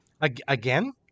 Again